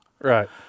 Right